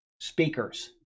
speakers